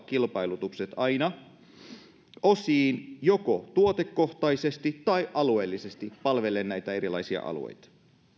kilpailutukset aina osiin joko tuotekohtaisesti tai alueellisesti palvellen erilaisia alueita